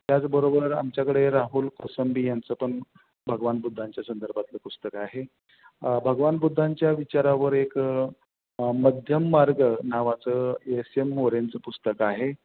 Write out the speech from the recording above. त्याचबरोबर आमच्याकडे राहुल कोसंबी यांचं पण भगवान बुद्धांच्या संदर्भातलं पुस्तक आहे भगवान बुद्धांच्या विचारावर एक मध्यम मार्ग नावाचं येस एम मोरेंचं पुस्तक आहे